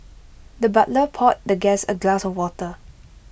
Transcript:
the butler poured the guest A glass of water